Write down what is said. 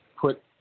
put